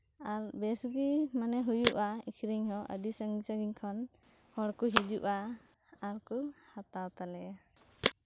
ᱟᱨ ᱡᱮᱭᱥᱮᱠᱤ ᱦᱳᱭᱳᱜᱼᱟ ᱟᱹᱰᱤ ᱥᱟᱹᱜᱤᱧ ᱥᱟᱹᱜᱤᱧ ᱠᱷᱚᱱ ᱦᱚᱲᱠᱚ ᱦᱤᱡᱩᱜᱼᱟ ᱟᱨᱠᱚ ᱦᱟᱛᱟᱣ ᱛᱟᱞᱮᱭᱟ